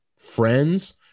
friends